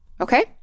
Okay